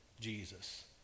Jesus